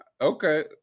Okay